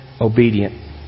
obedient